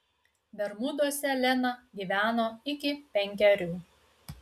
bermuduose lena gyveno iki penkerių